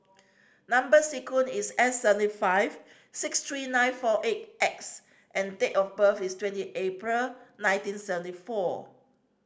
number sequence is S seven five six three nine four eight X and date of birth is twenty April nineteen seventy four